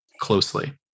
closely